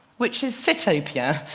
which is sitopia,